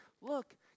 look